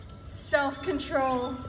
self-control